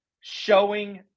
showing